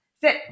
Sit